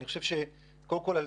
קודם כול,